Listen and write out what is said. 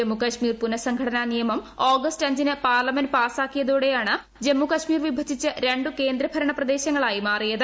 ജമ്മുകശ്മീർ പുനസംഘടാ നിയമം ആഗസ്റ്റ് അഞ്ചിന് പാർലമെന്റ് പാസാക്കിയതോടെയാണ് ജമ്മുകൾമീർ വിഭജിച്ച് രണ്ടു കേന്ദ്ര ഭരണപ്രദേശങ്ങളായി മാറിയത്